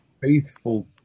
faithful